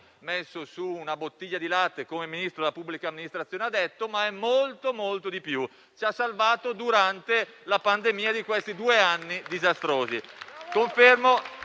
messo su una bottiglia di latte, come il Ministro della pubblica amministrazione ha detto, ma è molto di più. Ricordo che ci ha salvato durante la pandemia dei trascorsi due anni disastrosi.